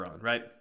right